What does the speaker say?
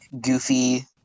goofy